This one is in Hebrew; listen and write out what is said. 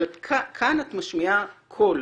אבל כאן את משמיעה קול